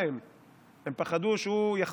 הם פחדו הרי שהוא ינקום בהם,